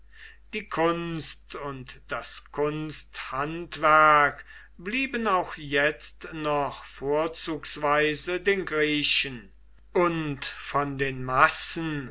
die kunst und das kunsthandwerk blieben auch jetzt noch vorzugsweise den griechen und von den massen